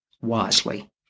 wisely